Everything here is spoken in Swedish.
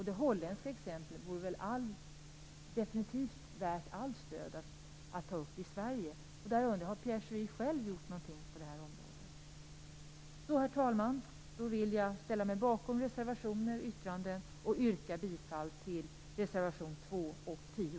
Det holländska exemplet vore väl definitivt värt att ta upp också i Sverige. Jag undrar: Har Pierre Schori själv gjort någonting på det här området? Herr talman! Jag vill ställa mig bakom reservationer och yttranden och yrka bifall till reservationerna 2